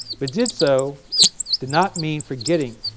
but did so did not mean forgetting,